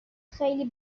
خیلی